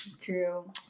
True